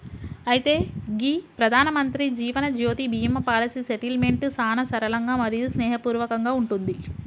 అయితే గీ ప్రధానమంత్రి జీవనజ్యోతి బీమా పాలసీ సెటిల్మెంట్ సానా సరళంగా మరియు స్నేహపూర్వకంగా ఉంటుంది